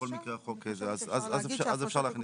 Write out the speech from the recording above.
בכל מקרה החוק זה, אז אפשר להכניס.